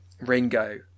Ringo